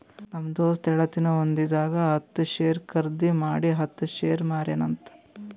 ನಮ್ ದೋಸ್ತ ಹೇಳತಿನು ಒಂದಿಂದಾಗ ಹತ್ತ್ ಶೇರ್ ಖರ್ದಿ ಮಾಡಿ ಹತ್ತ್ ಶೇರ್ ಮಾರ್ಯಾನ ಅಂತ್